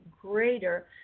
greater